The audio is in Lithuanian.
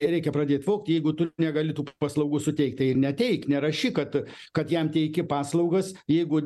reikia pradėt vogti jeigu tu negali tų paslaugų suteikt tai ir neateik nerašyk kad kad jam teiki paslaugas jeigu